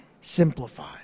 Simplify